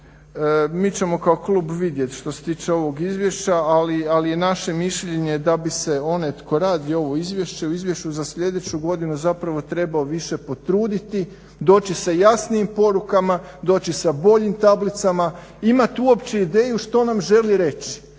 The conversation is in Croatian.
mi ćemo kao klub vidjet što se tiče ovog izvješća, ali je naše mišljenje da bi se onaj tko radi ovo izvješće u izvješću za sljedeću godinu zapravo trebao više potruditi, doći sa jasnijim porukama, doći sa boljim tablicama, imat uopće ideju što nam želi reći.